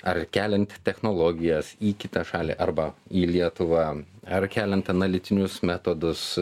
ar keliant technologijas į kitą šalį arba į lietuvą ar keliant analitinius metodus